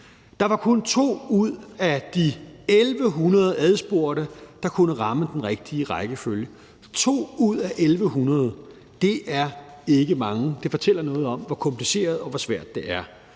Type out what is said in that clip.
Der var kun 2 ud af de 1.100 adspurgte, der kunne ramme den rigtige rækkefølge – 2 ud af 1.100. Det er ikke mange. Det fortæller noget om, hvor kompliceret og hvor svært det er,